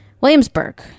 Williamsburg